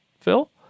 Phil